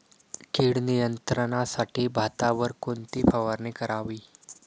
कीड नियंत्रणासाठी भातावर कोणती फवारणी करावी?